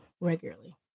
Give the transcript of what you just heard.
regularly